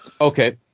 Okay